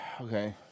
Okay